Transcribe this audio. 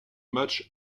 match